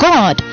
God